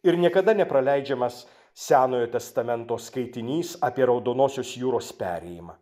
ir niekada nepraleidžiamas senojo testamento skaitinys apie raudonosios jūros perėjimą